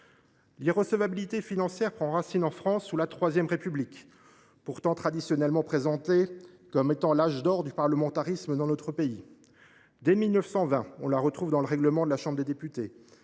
L’irrecevabilité financière prend racine en France sous la III République, pourtant traditionnellement présentée comme étant l’âge d’or du parlementarisme dans notre pays. Dès 1920, on la retrouve dans le règlement de la Chambre des députés.